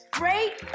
great